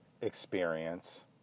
experience